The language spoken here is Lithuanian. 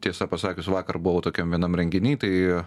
tiesą pasakius vakar buvau tokiam vienam renginy tai